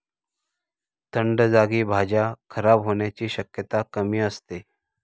थंड जागी भाज्या खराब होण्याची शक्यता कमी असते